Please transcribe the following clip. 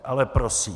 Ale prosím.